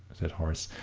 said horace.